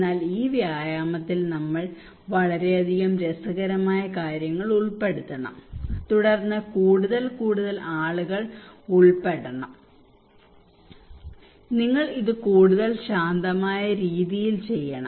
എന്നാൽ ഈ വ്യായാമത്തിൽ നമ്മൾ വളരെയധികം രസകരമായ കാര്യങ്ങൾ ഉൾപ്പെടുത്തണം തുടർന്ന് കൂടുതൽ കൂടുതൽ ആളുകൾ ഉൾപ്പെടണം നിങ്ങൾ ഇത് കൂടുതൽ ശാന്തമായ രീതിയിൽ ചെയ്യണം